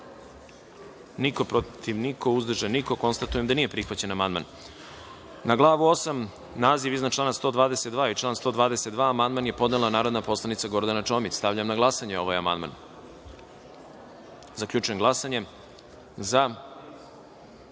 niko, protiv – niko, uzdržanih – nema. Konstatujem da nije prihvaćen amandman. Na Glavu VIII, naziv iznad člana i član 122. amandman je podnela narodni poslanik Gordana Čomić. Stavljam na glasanje ovaj amandman. Zaključujem glasanje